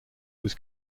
was